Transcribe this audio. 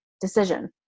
decision